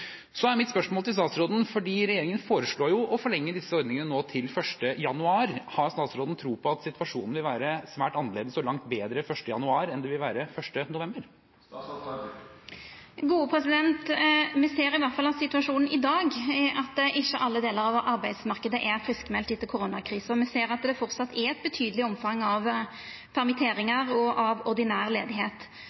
Så mitt spørsmål til statsråden, fordi regjeringen nå foreslår å forlenge disse ordningene til 1. januar, er: Har statsråden tro på at situasjonen vil være svært annerledes og langt bedre 1. januar enn den vil være 1. november? Me ser i alle fall at situasjonen i dag er at ikkje alle delar av arbeidsmarknaden er friskmelde etter koronakrisa. Me ser at det framleis er eit betydeleg omfang av permitteringar og av ordinær